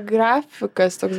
grafikas toks